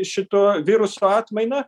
šito viruso atmaina